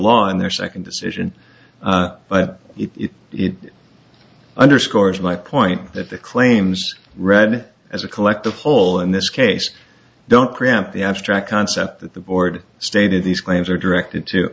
law in their second decision but it it underscores my point that the claims read as a collective whole in this case don't cramp the abstract concept that the board stated these claims are directed to